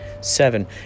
seven